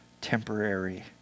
temporary